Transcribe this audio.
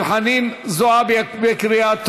של חנין זועבי, בקריאה טרומית.